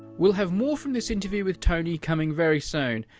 we'll have more from this interview with tony coming very soon,